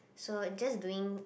so it just doing